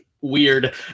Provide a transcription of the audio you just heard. weird